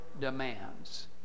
demands